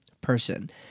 person